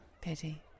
pity